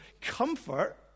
comfort